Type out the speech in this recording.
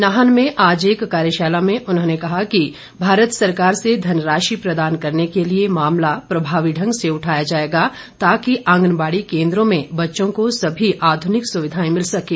नाहन में आज एक कार्यशाला में उन्होंने कहा कि भारत सरकार से धनराशि प्रदान करने के लिए मामला प्रभावी ढंग से उठाया जाएगा ताकि आंगनबाड़ी केंद्रों में बच्चों को सभी आध्निक सुविधाएं मिल सकें